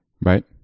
Right